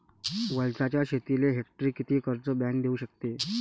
वलताच्या शेतीले हेक्टरी किती कर्ज बँक देऊ शकते?